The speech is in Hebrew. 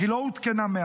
אך היא לא עודכנה מאז.